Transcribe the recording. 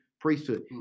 priesthood